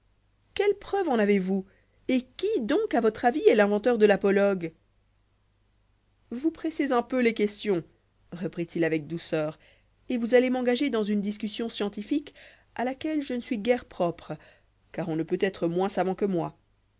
quelle preuve en avez-vous et qui donc à votravis est l'inventeur de l'apologue vous pressez un peu les questions reprit-il avec douceur et vous allez m'engager dans une discussion scientifique à laquelle je ne suis guère propre car onne peut être moins savant que moi